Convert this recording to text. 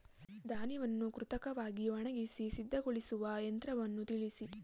ಧಾನ್ಯಗಳನ್ನು ಕೃತಕವಾಗಿ ಒಣಗಿಸಿ ಸಿದ್ದಗೊಳಿಸುವ ಯಂತ್ರಗಳನ್ನು ತಿಳಿಸಿ?